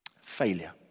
failure